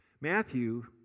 Matthew